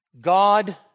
God